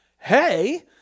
Hey